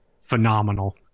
phenomenal